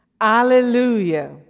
Hallelujah